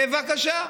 בבקשה,